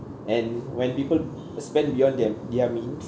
and when people spend beyond their their means